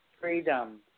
freedom